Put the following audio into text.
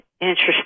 interesting